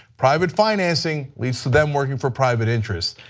private financing leads to them working for private interests.